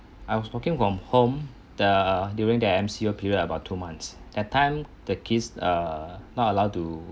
I was working from home the during the M_C_O period about two months that time the kids uh not allowed to